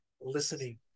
listening